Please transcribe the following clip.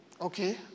okay